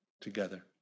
together